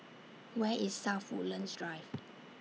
Where IS South Woodlands Drive